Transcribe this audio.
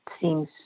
seems